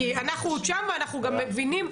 כי אנחנו עוד שם ואנחנו גם מבינים,